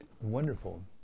Wonderful